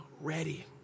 ready